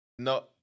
No